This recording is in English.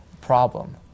problem